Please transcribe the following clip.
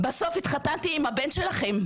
בסוף התחתנתי עם הבן שלכם,